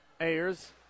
Ayers